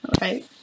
right